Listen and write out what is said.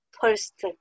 first